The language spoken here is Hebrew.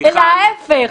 אלא ההפך.